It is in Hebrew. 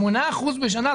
שמונה אחוזים בשנה?